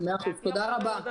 מאה אחוז, תודה רבה.